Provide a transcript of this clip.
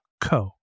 co